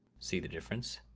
see the difference?